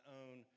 own